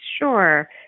Sure